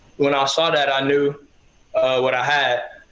when i saw that i knew what i had.